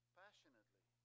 passionately